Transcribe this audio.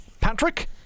Patrick